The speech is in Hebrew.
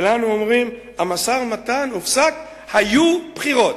ולנו אומרים: "המשא-ומתן הופסק, היו בחירות".